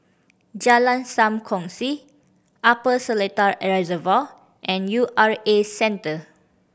Jalan Sam Kongsi Upper Seletar Reservoir and U R A Centre